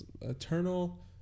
Eternal